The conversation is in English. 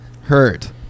hurt